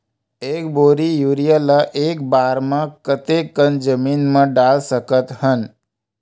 एक बोरी यूरिया ल एक बार म कते कन जमीन म डाल सकत हन?